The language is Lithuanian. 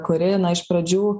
kuri na iš pradžių